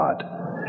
God